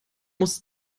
muss